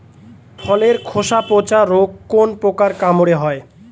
ফলের খোসা পচা রোগ কোন পোকার কামড়ে হয়?